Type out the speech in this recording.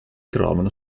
trovano